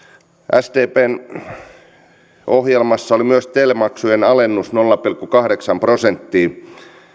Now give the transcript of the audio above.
sdpn ohjelmassa on myös tel maksujen alennus nolla pilkku kahdeksaan prosenttiin